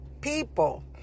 people